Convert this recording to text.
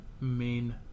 main